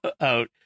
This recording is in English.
out